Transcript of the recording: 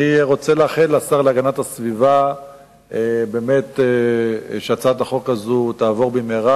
אני רוצה לאחל לשר להגנת הסביבה שהצעת החוק הזאת באמת תעבור במהרה,